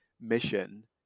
mission